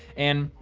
and,